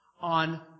on